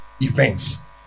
events